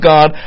God